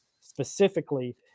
specifically